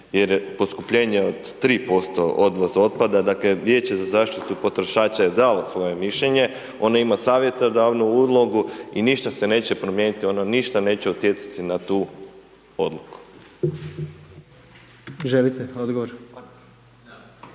je poskupljenje od 3% odvoz otpada, dakle Vijeće za zaštitu potrošača je dalo svoje mišljenje, ona ima savjetodavnu ulogu i ništa se neće promijeniti, ona ništa neće utjecati na tu odluku.